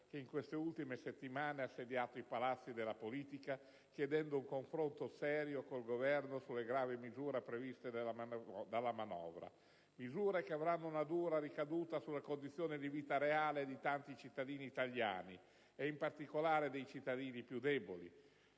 che in queste ultime settimane ha assediato i palazzi della politica chiedendo un confronto serio con il Governo sulle gravi misure previste dalla manovra, misure che avranno una dura ricaduta sulle condizioni di vita reali di tanti cittadini italiani ed in particolare dei cittadini più deboli: